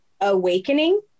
awakening